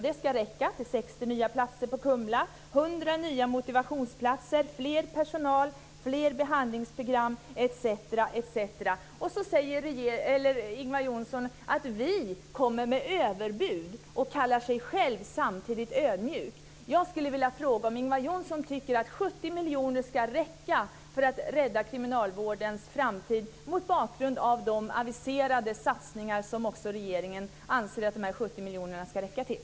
Det ska räcka till 60 nya platser på Kumla, 100 nya motivationsplatser, mer personal, fler behandlingsprogram etc. Sedan säger Ingvar Johnsson att vi kommer med överbud, och han kallar samtidigt sig själv ödmjuk. 70 miljoner räcker för att rädda kriminalvårdens framtid, mot bakgrund av de aviserade satsningar som regeringen anser att de 70 miljonerna också ska räcka till.